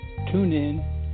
TuneIn